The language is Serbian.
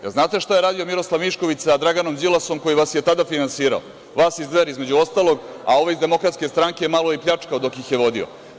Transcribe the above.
Jel znate šta je radio Miroslav Mišković sa Draganom Đilasom, koji vas je tada finansirao, vas iz Dveri, između ostalog, a ove iz Demokratske stranke je malo i pljačkao dok ih je vodio?